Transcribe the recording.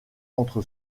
entre